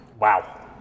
wow